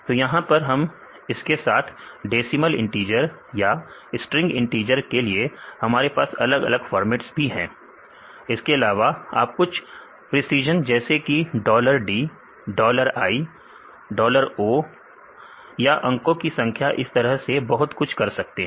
तो यहां पर हम इसके साथ डेसिमल इंटिजर या स्ट्रिंग इंटिजर के लिए हमारे पास अलग अलग फॉर्मैट्स भी है इसके अलावा आप कुछ प्रेसीजन जैसे कि dollar d dollar i dollar o याअंको की संख्या इस तरह से बहुत कुछ कर सकते हैं